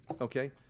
okay